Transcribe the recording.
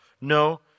No